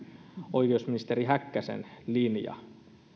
oikeusministeri häkkäsen linja